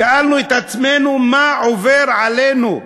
שאלנו את עצמנו: מה עובר עלינו?